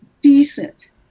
decent